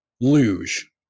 luge